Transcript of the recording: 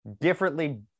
differently